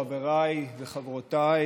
חבריי וחברותיי